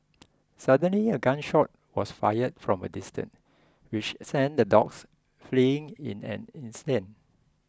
suddenly a gun shot was fired from a distance which sent the dogs fleeing in an instant